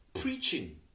preaching